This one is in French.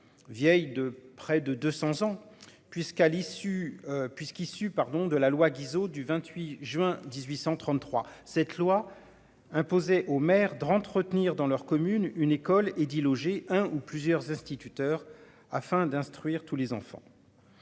vieille de près de 200 ans, puisqu'à l'issue puisqu'issu pardon de la loi Guizot du 28 juin 1833. Cette loi imposée aux maires d'entretenir dans leur commune une école et d'y loger un ou plusieurs instituteurs afin d'instruire tous les enfants.